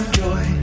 joy